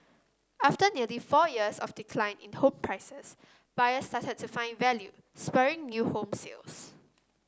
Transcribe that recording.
after nearly four years of decline in home prices buyers started to find value spurring new home sales